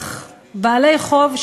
להכריח בעלי חוב,